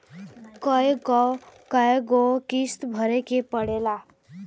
कय गो किस्त भरे के पड़ेला?